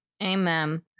Amen